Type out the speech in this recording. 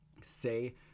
say